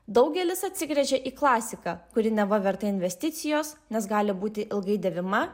daugelis atsigręžė į klasiką kuri neva verta investicijos nes gali būti ilgai dėvima